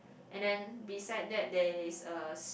and then beside that there is a